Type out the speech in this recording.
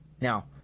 now